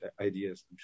ideas